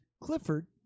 Clifford